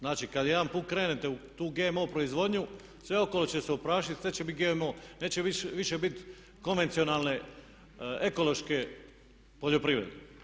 Znači, kad jedan put krenete u tu GMO proizvodnju sve okolo će se oprašiti, sve će biti GMO, neće više bit konvencionalne ekološke poljoprivrede.